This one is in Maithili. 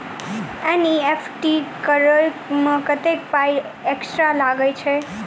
एन.ई.एफ.टी करऽ मे कत्तेक पाई एक्स्ट्रा लागई छई?